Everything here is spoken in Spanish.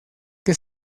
que